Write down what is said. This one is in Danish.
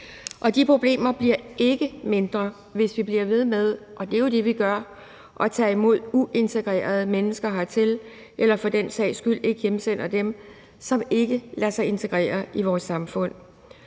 De problemer bliver ikke mindre, hvis vi bliver ved med – og det er jo det, vi gør – at tage imod uintegrerede mennesker eller vi for den sags skyld ikke hjemsender dem, som ikke lader sig integrere i vores samfund,